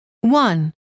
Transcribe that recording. One